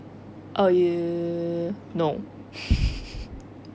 eh ya no